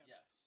Yes